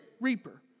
reaper